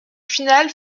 final